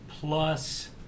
Plus